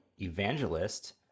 evangelist